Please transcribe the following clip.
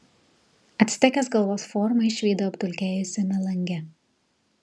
actekės galvos formą išvydo apdulkėjusiame lange